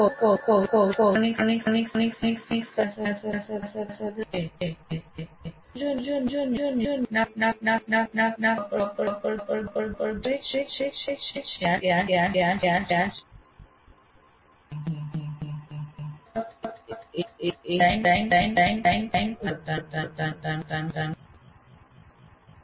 જો કૌશલ electronic circuit ની રચના સાથે સંબંધિત છે પરંતુ જો નિદર્શન સર્કિટ ના કાર્યને સમજાવવા પર ધ્યાન કેન્દ્રિત કરે છે અને ત્યાં જ અટકી જાય છે ડિઝાઇન પર નહીં તેનો અર્થ એ કે આપ એક ડિઝાઇન ઉદાહરણ પર કામ કરતા નથી